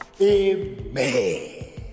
Amen